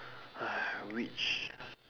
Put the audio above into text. !hais! reach